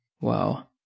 wow